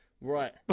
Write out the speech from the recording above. Right